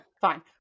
Fine